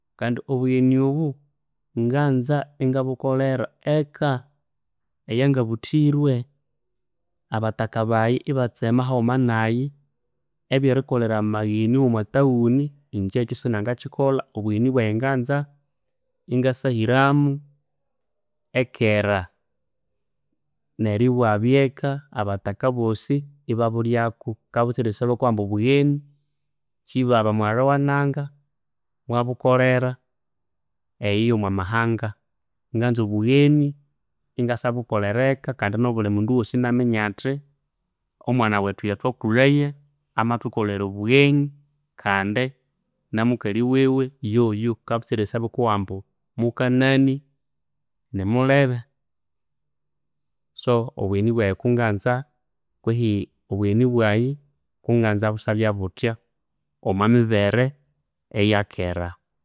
Kandi obugheni obu, nganza ingabukolera eka eyangabuthwire. Abataka bayi ibatsema haghuma nayi, ebyerikolera amagheni womwa town inje ekyu sinangakyikolha. Obugheni bwayi nganza ingasahiramu ekera. Neryo ibwabya eka abataka abosi ibabulyaku. Kabutsira erisabya bakowa ambu obugheni, Kibaba mughalha wananga, mwabuklolera eyu yomwamahanga. Nganza obughnei ingasabukolera eka kandi nobulimundu wosi inaminya athi omwana wethu eyathwakulhaya, amathukolera obugheni kandi namukali wiwe yoyu, kabutsira erisabya bakowa ambu mukanani nimulebe. So obugheni bwayi kunganza kwihi obugheni kunganza busabya buthya omwamibere eyakera.